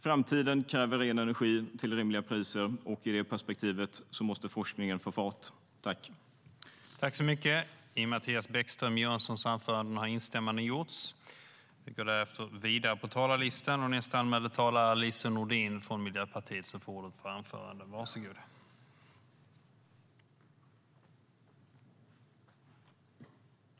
Framtiden kräver ren energi till rimliga priser, och i det perspektivet måste forskningen få fart.